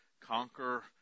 conquer